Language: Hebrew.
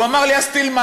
הוא אמר לי: אז תלמד.